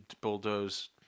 bulldoze